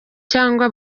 cyangwa